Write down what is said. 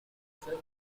for